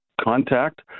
contact